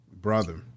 Brother